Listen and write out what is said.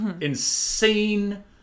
insane